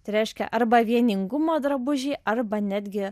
tai reiškia arba vieningumo drabužiai arba netgi